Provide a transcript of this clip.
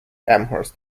amherst